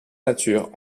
nature